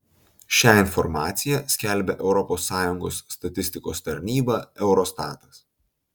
šią informaciją skelbia europos sąjungos statistikos tarnyba eurostatas